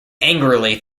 angrily